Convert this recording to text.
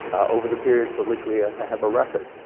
over the period for which we ah have a record.